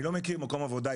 אני לא מכיר מקום עבודה,